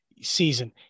season